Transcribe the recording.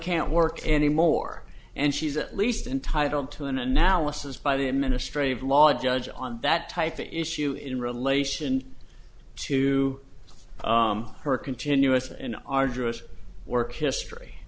can't work anymore and she's at least entitled to an analysis by the administrative law judge on that type of issue in relation to her continuous and arduous work history